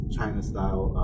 China-style